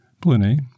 Pliny